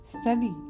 study